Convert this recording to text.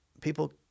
people